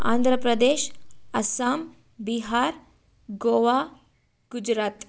Andhra Pradesh Assam Bihar Goa Gujarat